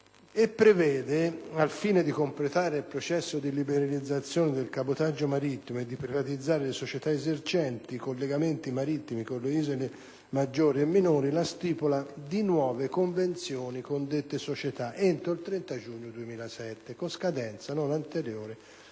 e prevede, al fine di completare il processo di liberalizzazione del cabotaggio marittimo e di privatizzare le società esercenti i collegamenti marittimi con le isole maggiori e minori, la stipula di nuove convenzioni con dette società entro il 30 giugno 2007 con scadenza non anteriore